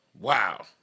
Wow